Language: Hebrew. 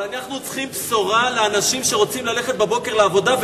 אבל אנחנו צריכים בשורה לאנשים שרוצים ללכת בבוקר לעבודה,